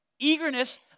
Eagerness